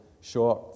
short